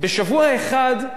בשבוע אחד,